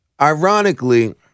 ironically